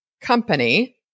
company